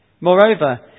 Moreover